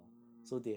mm